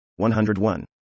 101